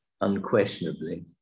unquestionably